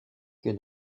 que